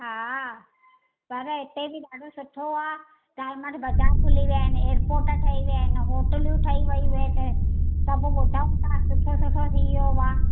हा पर इते बि ॾाढो सुठो आहे डायमंड बाज़ार खुली विया आहिनि एयरपोर्ट ठही विया आहिनि होटलूं ठही वयूं आहिनि सभु बोडा बोडा सुठो सुठो थियो आहे